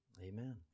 Amen